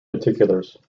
particulars